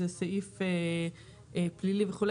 זה סעיף פלילי וכו',